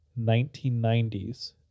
1990s